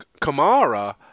Kamara